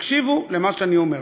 תקשיבו למה שאני אומר לכם,